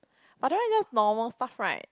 but that one is just normal stuff right